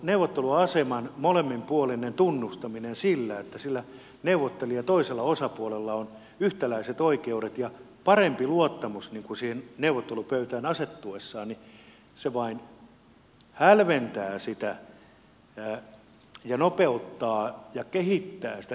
neuvotteluaseman molemminpuolinen tunnustaminen jolloin sillä toisella neuvottelijaosapuolella on yhtäläiset oikeudet ja parempi luottamus siihen neuvottelupöytään asettuessaan vain hälventää sitä ja nopeuttaa ja kehittää sitä neuvottelujärjestelmää